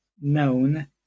known